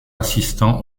assistant